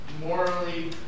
morally